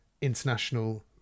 international